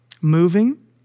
Moving